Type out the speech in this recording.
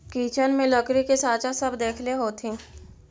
kitchen में लकड़ी के साँचा सब देखले होथिन